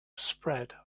spread